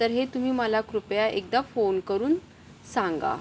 तर हे तुम्ही मला कृपया एकदा फोन करून सांगा